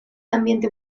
ambiente